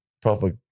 proper